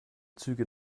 züge